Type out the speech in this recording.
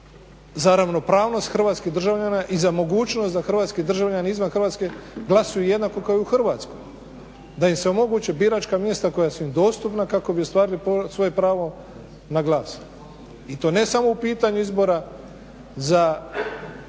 za ravnopravnost hrvatskih državljana i za mogućnost da hrvatski državljani izvan Hrvatske glasuju jednako kao i u Hrvatskoj, da im se omogući biračka mjesta koja su im dostupna kako bi ostvarili svoje pravo na glas? I to ne samo u pitanju izbora za